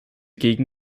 gegen